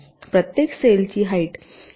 प्रत्येक सेलची हाईट समान असणे आवश्यक आहे